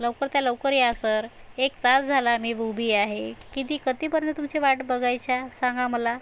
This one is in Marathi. लवकर त्या लवकर या सर एक तास झाला मी उभी आहे किती कती पर्यंत तुमची वाट बघायची सांगा मला